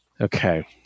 Okay